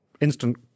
instant